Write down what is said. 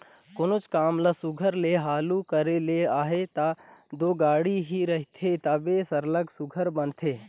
कोनोच काम ल सुग्घर ले हालु करे ले अहे तब दो गाड़ी ही रहथे तबे सरलग सुघर बनथे